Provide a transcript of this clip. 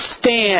stand